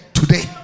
today